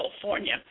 California